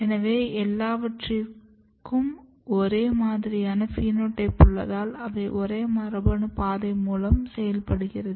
எனவே எல்லாவற்றிற்கும் ஒரே மாதிரியான பினோடைப் உள்ளதால் அவை ஒரே மரபணு பாதை மூலம் செயல்படுகிறது